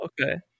okay